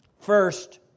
First